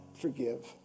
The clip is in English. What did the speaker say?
forgive